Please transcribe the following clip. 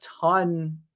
ton –